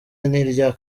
n’irya